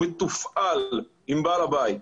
מתופעל עם בעל בית,